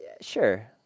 Sure